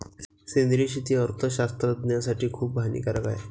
सेंद्रिय शेती अर्थशास्त्रज्ञासाठी खूप हानिकारक आहे